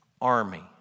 army